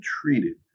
treated